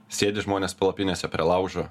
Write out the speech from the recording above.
sėdi žmonės palapinėse prie laužo